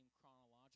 chronological